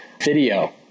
video